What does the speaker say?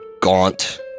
gaunt